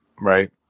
right